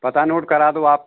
पता नोट करा दो आप